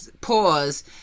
pause